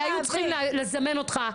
היו צריכים לזמן אותך,